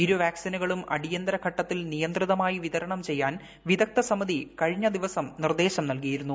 ഇരു വാക്സിനുകളും അടിയന്തര ഘട്ടത്തിൽ നിയന്ത്രിതമായി വിതരണം ചെയ്യാൻ വിദഗ്ദ്ധ സമിതി കഴിഞ്ഞ ദിവസം നിർദ്ദേശം നൽകിയിരുന്നു